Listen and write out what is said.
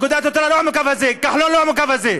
יהדות התורה לא עם הקו הזה, כחלון לא עם הקו הזה.